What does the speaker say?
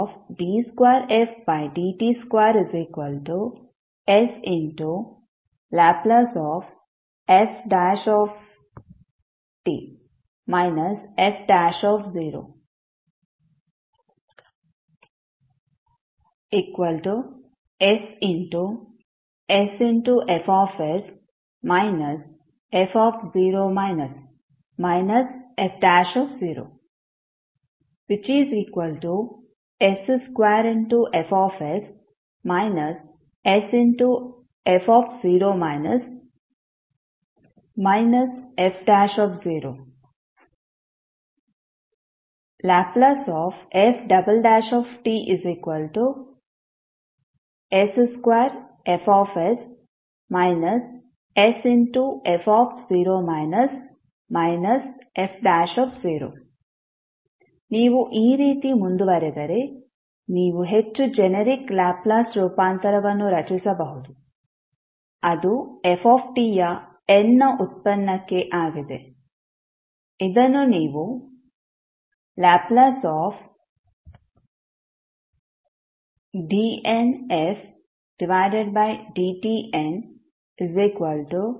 Ld2fdt2sLf f0ssFs f f0 s2Fs sf f0 Lf s2Fs sf f0 ನೀವು ಈ ರೀತಿ ಮುಂದುವರಿದರೆ ನೀವು ಹೆಚ್ಚು ಜೆನೆರಿಕ್ ಲ್ಯಾಪ್ಲೇಸ್ ರೂಪಾಂತರವನ್ನು ರಚಿಸಬಹುದು ಅದು f ಯ n ನ ಉತ್ಪನ್ನಕ್ಕೆ ಆಗಿದೆ ಇದನ್ನು ನೀವು Ldnfdtn snFs sn 1f sn 2f0